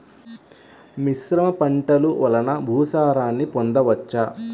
మిశ్రమ పంటలు వలన భూసారాన్ని పొందవచ్చా?